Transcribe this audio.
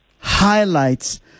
highlights